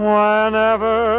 Whenever